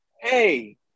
Hey